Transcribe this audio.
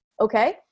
okay